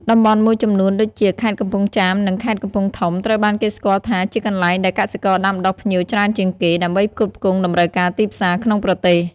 តំបន់មួយចំនួនដូចជា ខេត្តកំពង់ចាម និង ខេត្តកំពង់ធំ ត្រូវបានគេស្គាល់ថាជាកន្លែងដែលកសិករដាំដុះផ្ញៀវច្រើនជាងគេ ដើម្បីផ្គត់ផ្គង់តម្រូវការទីផ្សារក្នុងប្រទេស។